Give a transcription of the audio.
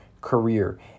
career